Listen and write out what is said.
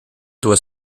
doit